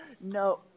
No